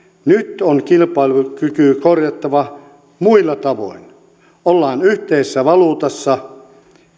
nyt on kilpailukyky korjattava muilla tavoin ollaan yhteisessä valuutassa